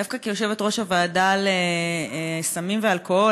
דווקא כיושבת-ראש הוועדה למאבק בנגעי הסמים והאלכוהול,